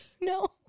No